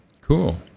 Cool